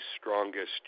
strongest